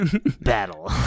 Battle